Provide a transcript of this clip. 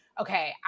Okay